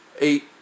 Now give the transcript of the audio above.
eight